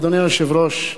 אדוני היושב-ראש,